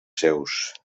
seus